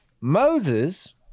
Moses